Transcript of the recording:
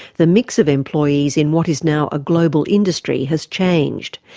the mix of employees in what is now a global industry has changed.